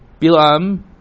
Bilam